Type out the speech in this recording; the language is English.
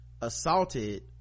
assaulted